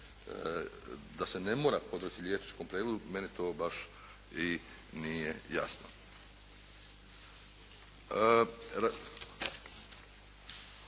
da se ne mora podvrći liječničkom pregledu, meni to baš i nije jasno.